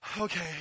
okay